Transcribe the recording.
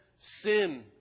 sin